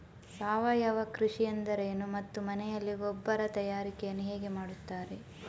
ಸಾವಯವ ಕೃಷಿ ಎಂದರೇನು ಮತ್ತು ಮನೆಯಲ್ಲಿ ಗೊಬ್ಬರ ತಯಾರಿಕೆ ಯನ್ನು ಹೇಗೆ ಮಾಡುತ್ತಾರೆ?